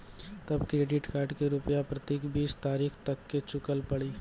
तब credit card के रूपिया प्रतीक बीस तारीख तक मे चुकल पड़ी?